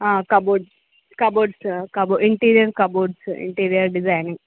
cupboards cupboards cupboard interior cupboards interior designing